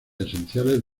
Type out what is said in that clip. esenciales